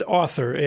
author